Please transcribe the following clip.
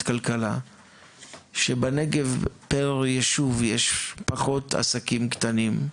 כלכלה שבנגב פר יישוב יש פחות עסקים קטנים,